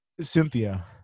Cynthia